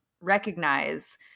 recognize